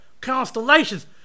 Constellation's